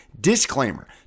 disclaimer